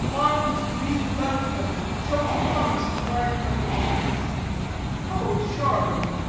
arms wreathed about each other, showing trunks invined like the trees oh, charlie!